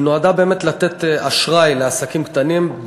שנועדה לתת אשראי לעסקים קטנים,